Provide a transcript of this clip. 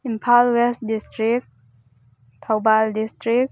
Imphal west district Thoubal district